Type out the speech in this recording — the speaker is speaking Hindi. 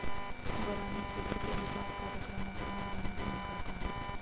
बरानी क्षेत्र के विकास कार्यक्रमों की निगरानी कौन करता है?